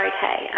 Okay